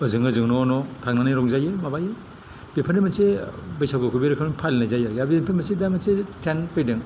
ओजों ओजों न' न' थांनानै रंजायो माबायो बेफोरनो मोनसे बैसागुखौ बे रोखोम फालिनाय जायो आरो बे मोनसे दा मोनसे ट्रेन्द फैदों